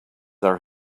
our